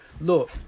look